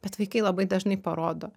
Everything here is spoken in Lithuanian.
bet vaikai labai dažnai parodo